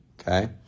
okay